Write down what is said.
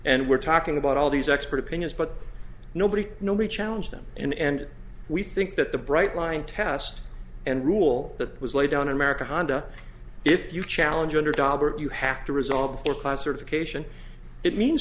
and we're talking about all these expert opinions but nobody nobody challenge them and we think that the bright line test and rule that was laid down in american honda if you challenge under dobber you have to resolve or classification it means